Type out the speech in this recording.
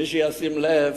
מי שישים לב,